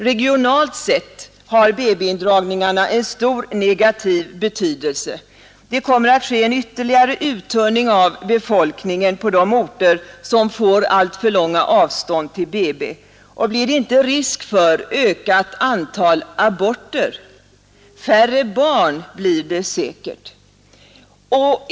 Regionalt sett har BB indragningarna en stor negativ betydelse. Det kommer att ske en ytterligare uttunning av befolkningen på de orter som får alltför långa avstånd till BB. Och blir det inte risk för ökat antal aborter? Färre barn blir det säkerligen.